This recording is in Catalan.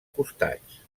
costats